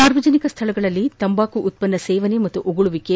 ಸಾರ್ವಜನಿಕ ಸ್ವಳಗಳಲ್ಲಿ ತಂಬಾಕು ಉತ್ವನ್ನ ಸೇವನೆ ಮತ್ತು ಉಗುಳುವಿಕೆ